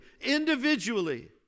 individually